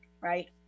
right